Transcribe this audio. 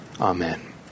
Amen